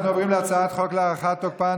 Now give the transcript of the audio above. אנחנו עוברים להצעת חוק להארכת תוקפן